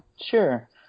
sure